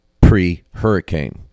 pre-hurricane